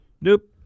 nope